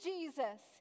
Jesus